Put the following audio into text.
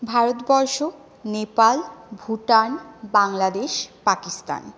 Bharatvarsha Nepal Bhutan Bangladesh Pakistan